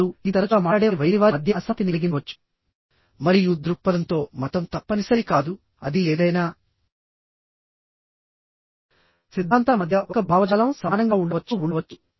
ఇప్పుడు ఇది తరచుగా మాట్లాడేవారి వైఖరి వారి మద్య అసమ్మతిని కలిగించవచ్చు మరియు దృక్పథంతో మతం తప్పనిసరి కాదు అది ఏదైనా సిద్ధాంతాల మధ్య ఒక భావజాలం సమానంగా ఉండవచ్చు ఉండవచ్చు